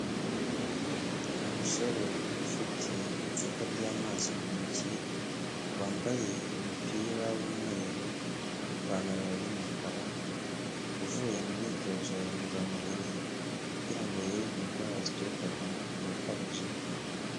Umusore ufite icupa ry'amazi mu ntoki, wambaye umupira w'umweru n'ipantaro y'umukara, uvuye mu myitozo ngororamubiri kugira ngo yirinde indwara zituruka ku mubyibuho ukabije.